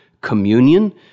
communion